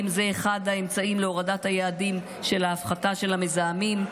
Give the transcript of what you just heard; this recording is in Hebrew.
זה אחד האמצעים להורדת היעדים של ההפחתה של המזהמים.